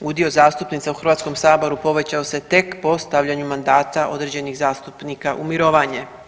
udio zastupnica u Hrvatskom saboru povećao se tek po stavljanju mandata određenih zastupnika u mirovanje.